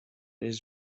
his